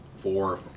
four